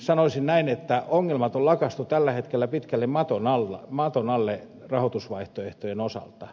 sanoisin näin että ongelmat on lakaistu tällä hetkellä pitkälti maton alle rahoitusvaihtoehtojen osalta